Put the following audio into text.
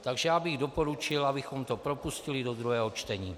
Takže já bych doporučil, abychom to propustili do druhého čtení.